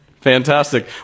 fantastic